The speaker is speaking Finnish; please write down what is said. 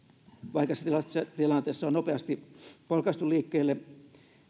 vaikeassa tilanteessa on nopeasti polkaistu liikkeelle